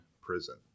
prison